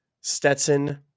stetson